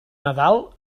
nadal